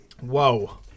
Whoa